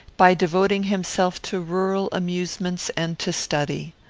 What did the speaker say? by devoting himself to rural amusements and to study.